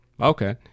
Okay